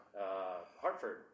Hartford